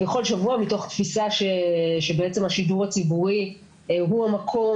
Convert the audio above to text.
בכל שבוע מתוך תפיסה שבעצם השידור הציבורי הוא המקום